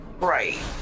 Right